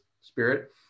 spirit